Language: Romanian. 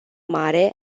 mare